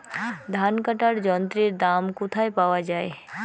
ধান কাটার যন্ত্রের দাম কোথায় পাওয়া যায়?